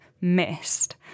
missed